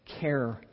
care